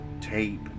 tape